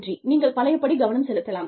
நீங்கள் பழைய படி கவனம் செலுத்தலாம்